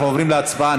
אנחנו עוברים להצבעה.